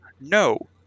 no